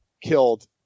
killed